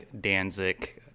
Danzig